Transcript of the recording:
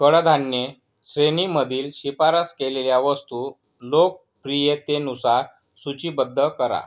कडधान्ये श्रेणीमधील शिफारस केलेल्या वस्तू लोकप्रियतेनुसार सूचीबद्ध करा